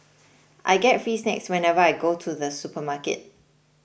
I get free snacks whenever I go to the supermarket